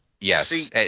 Yes